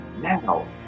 Now